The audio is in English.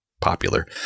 popular